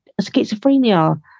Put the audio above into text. schizophrenia